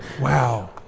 Wow